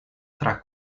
tra